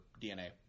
DNA